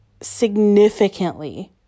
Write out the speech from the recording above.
significantly